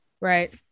right